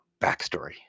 backstory